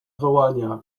wołania